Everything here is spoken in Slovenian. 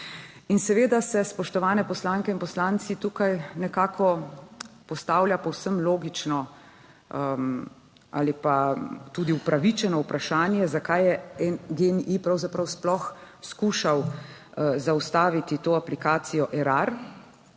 seveda se, spoštovane poslanke in poslanci, tukaj nekako postavlja povsem logično ali pa tudi upravičeno vprašanje, zakaj je GEN-I pravzaprav sploh skušal zaustaviti to aplikacijo Erar.